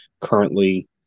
currently